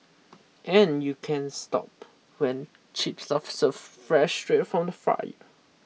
and you can't stop when chips are for served fresh straight from the fryer